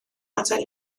adael